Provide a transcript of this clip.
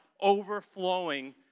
overflowing